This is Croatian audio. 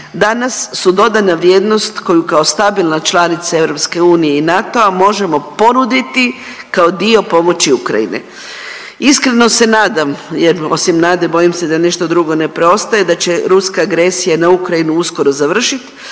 danas su dodana vrijednost koju kao stabilna članica EU i NATO-a možemo ponuditi kao dio pomoći Ukrajine. Iskreno se nadam jer osim nade bojim se da ništa drugo ne preostaje, da će ruska agresija na Ukrajinu uskoro završit